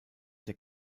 der